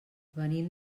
venim